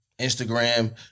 Instagram